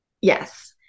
Yes